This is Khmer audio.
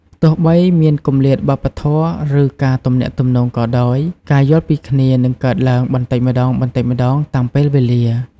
ទោះបីមានគម្លាតវប្បធម៌ ឬការទំនាក់ទំនងក៏ដោយ ការយល់ពីគ្នានឹងកើតឡើងបន្តិចម្ដងៗតាមពេលវេលា។